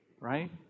right